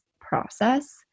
process